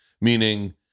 meaning